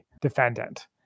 defendant